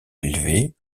élevée